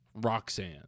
roxanne